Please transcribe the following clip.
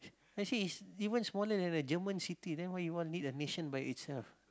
I say is is even smaller than a German city then why you want to lead a nation by itself